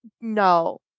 no